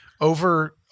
Over